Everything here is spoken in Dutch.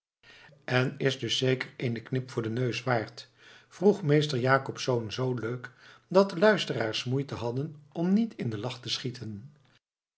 en is dus zeker wel eenen knip voor den neus waard vroeg meester jacobsz zoo leuk dat de luisteraars moeite hadden om niet in den lach te schieten